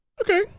Okay